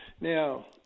Now